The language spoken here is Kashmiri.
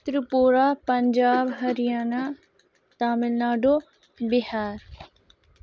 تِرٛپوٗرا پَنجاب ہریانہ تامِل ناڈو بِہار